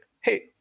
hey